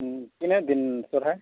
ᱦᱮᱸ ᱛᱤᱱᱟᱹᱜ ᱫᱤᱱ ᱥᱚᱨᱦᱟᱭ